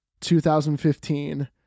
2015